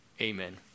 Amen